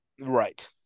Right